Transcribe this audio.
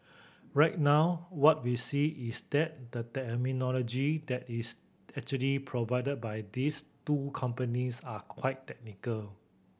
right now what we see is that the terminology that is actually provided by these two companies are quite technical